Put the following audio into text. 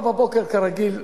ב-04:00, כרגיל,